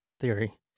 theory